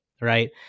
Right